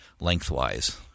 lengthwise